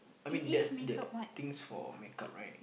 I mean that's the things for make up right